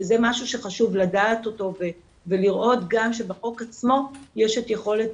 זה משהו שחשוב לדעת אותו ולראות גם שבחוק עצמו יש את יכולת